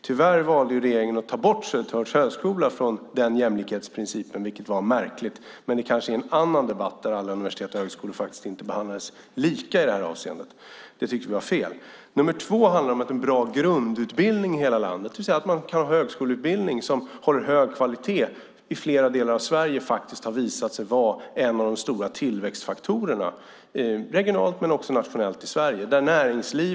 Tyvärr valde regeringen att ta bort Södertörns högskola från den jämlikhetsprincipen, vilket var märkligt, men det kanske är en annan debatt. Alla universitet och högskolor behandlades faktiskt inte lika i det här avseendet. Det tyckte vi var fel. Det andra handlar om att en bra grundutbildning i hela landet, det vill säga att man kan ha en högskoleutbildning som håller hög kvalitet i flera delar av Sverige, faktiskt har visat sig vara en av de stora tillväxtfaktorerna regionalt, men också nationellt, i Sverige.